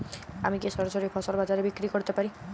আমি কি সরাসরি ফসল বাজারে বিক্রি করতে পারি?